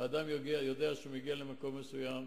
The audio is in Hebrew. אדם יודע שהוא מגיע למקום מסוים,